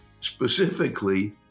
specifically